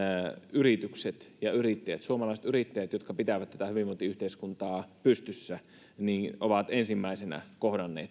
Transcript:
yritykset ja yrittäjät suomalaiset yrittäjät jotka pitävät tätä hyvinvointiyhteiskuntaa pystyssä ovat ensimmäisinä kohdanneet